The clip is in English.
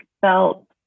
felt